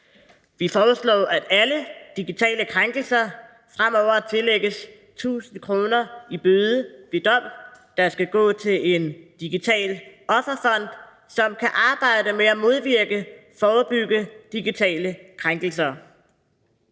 Vi foreslår, at alle domme for digitale krænkelser fremover tillægges 1.000 kr. i bøde, der skal gå til en digital offerfond, som kan arbejde med at modvirke og forebygge digitale krænkelser.